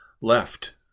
left